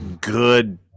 good